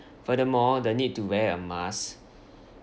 furthermore the need to wear a mask